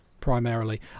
primarily